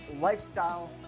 Lifestyle